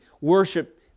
worship